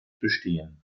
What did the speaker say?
bestehen